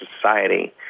society